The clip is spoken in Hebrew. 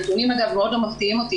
הנתונים, אגב, מאוד לא מפתיעים אותנו,